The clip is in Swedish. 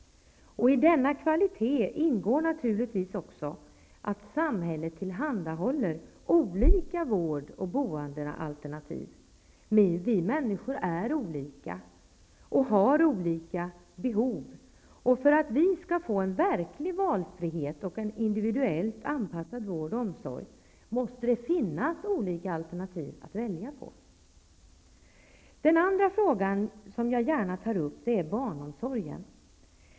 I denna kvalitet ingår naturligtvis också att samhället tillhandahåller olika vård och boendealternativ. Vi människor är olika och har olika behov. För att vi skall få verklig valfrihet och individuellt anpassad vård och omsorg måste det finns olika alternativ att välja på. Den andra frågan jag vill ta upp gäller barnomsorgen.